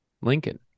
Lincoln